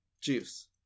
Juice